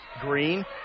green